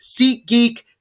SeatGeek